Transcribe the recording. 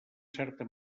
certa